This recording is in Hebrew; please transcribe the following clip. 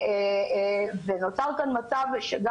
ונוצר מצב שבו,